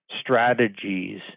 strategies